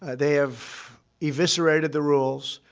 they have eviscerated the rules.